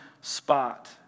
spot